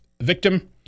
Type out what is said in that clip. victim